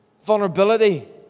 Vulnerability